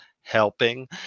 helping